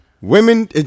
Women